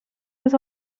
was